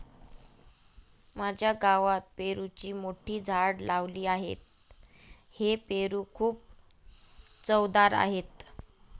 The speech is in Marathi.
माझ्या गावात पेरूची मोठी झाडे लावली आहेत, हे पेरू खूप चवदार आहेत